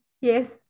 Yes